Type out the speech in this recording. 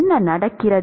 என்ன நடக்கிறது